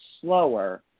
slower